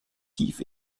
tief